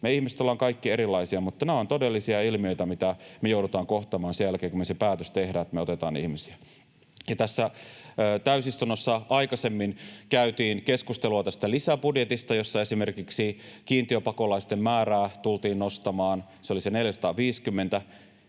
Me ihmiset ollaan kaikki erilaisia, mutta nämä ovat todellisia ilmiöitä, mitä me joudutaan kohtaamaan sen jälkeen, kun me se päätös tehdään, että me otetaan ihmisiä. Tässä täysistunnossa aikaisemmin käytiin keskustelua tästä lisäbudjetista, jossa esimerkiksi kiintiöpakolaisten määrää tultiin nostamaan — se oli se 450